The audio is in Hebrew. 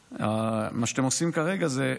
מה שאתם עושים כרגע זה,